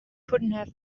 have